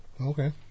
Okay